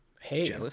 Hey